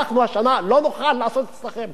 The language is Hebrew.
אנחנו השנה לא נוכל לעשות אצלכם,